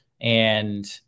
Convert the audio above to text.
and-